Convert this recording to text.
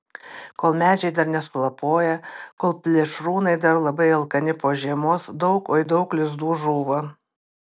kol medžiai dar nesulapoję kol plėšrūnai dar labai alkani po žiemos daug oi daug lizdų žūva